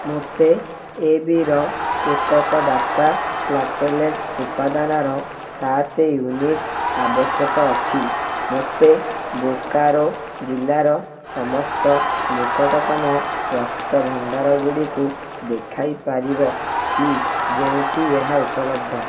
ମୋତେ ଏବିର ଏକକ ଦାତା ପ୍ଲାଟେଲେଟ୍ ଉପାଦାନର ସାତ ୟୁନିଟ୍ ଆବଶ୍ୟକ ଅଛି ମୋତେ ବୋକାରୋ ଜିଲ୍ଲାର ସମସ୍ତ ନିକଟତମ ରକ୍ତ ଭଣ୍ଡାରଗୁଡ଼ିକୁ ଦେଖାଇ ପାରିବ କି ଯେଉଁଠି ଏହା ଉପଲବ୍ଧ